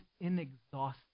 inexhaustible